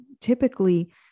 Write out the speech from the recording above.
typically